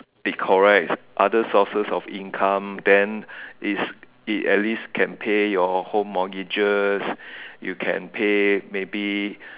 decorum other sources of income then it's it at least can pay your home mortgages you can pay maybe